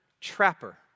trapper